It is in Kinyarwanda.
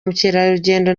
mukerarugendo